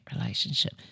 relationship